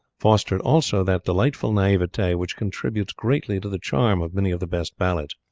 fostered also that delightful naivete which contributes greatly to the charm of many of the best ballads